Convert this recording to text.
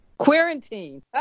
Quarantine